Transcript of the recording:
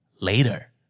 later